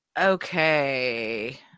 okay